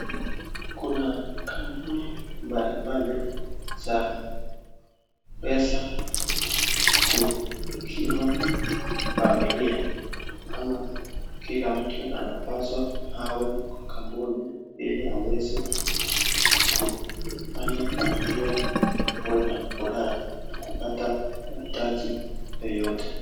Kuna kampuni mbalimbali za pesa kukimu familia ama kila mtu anapaswa awe kwa kampuni ili aweze kufanya familia wawe na furaha na kupata mahitaji yoyote.